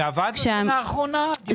זה עבד בשנה האחרונה?